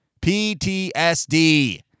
PTSD